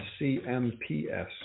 CMPS